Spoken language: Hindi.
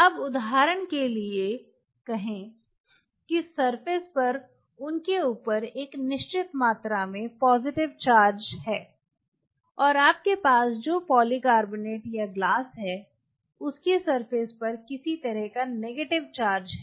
अब उदाहरण के लिए कहें सरफेस पर उनके ऊपर एक निश्चित मात्रा में पॉजिटिव चार्ज है और आपके पास जो पॉलीकार्बोनेट या ग्लास हैं उसकी सरफेस पर किसी तरह का नेगेटिव चार्ज है